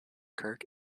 kirk